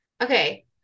Okay